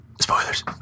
Spoilers